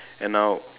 and now